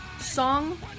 song